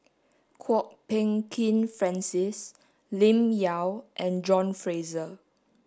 Kwok Peng Kin Francis Lim Yau and John Fraser